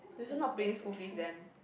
you also not paying school fees then